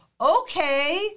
okay